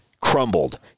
crumbled